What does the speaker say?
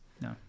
No